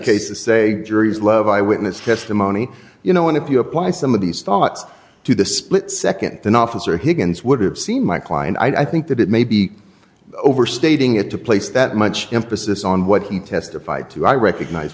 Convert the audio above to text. cases say juries love eyewitness testimony you know and if you apply some of these thoughts to the split second the officer higgins would have seen my client i think that it may be overstating it to place that much emphasis on what he testified to i recognize